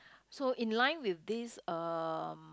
so in line with this uh